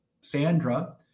Sandra